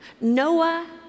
Noah